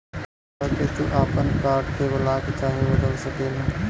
जा के तू आपन कार्ड के ब्लाक चाहे बदल सकेला